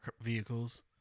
vehicles